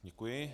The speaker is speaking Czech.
Děkuji.